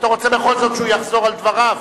אתה רוצה בכל זאת שהוא יחזור על דבריו?